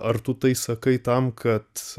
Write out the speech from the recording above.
ar tu tai sakai tam kad